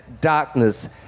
darkness